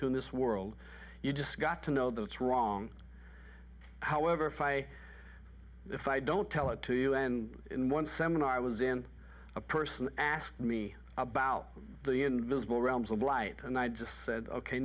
to in this world you just got to know that it's wrong however if i if i don't tell it to you and in one seminar i was in a person ask me about the invisible realms of light and i just said ok